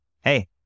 hey